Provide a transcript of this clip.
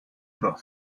pro